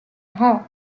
her